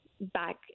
Back